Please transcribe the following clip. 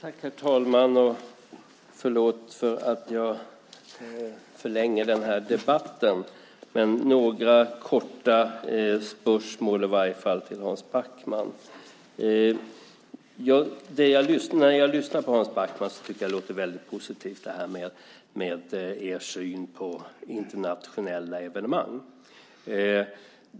Herr talman! Förlåt att jag förlänger debatten men några spörsmål helt kort, Hans Backman! När jag lyssnar på Hans Backman tycker jag att det låter väldigt positivt när det gäller er syn på internationella evenemang.